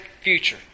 future